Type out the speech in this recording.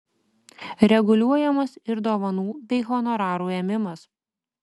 reguliuojamas ir dovanų bei honorarų ėmimas